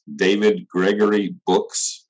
davidgregorybooks